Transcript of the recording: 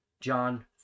John